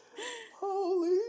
Holy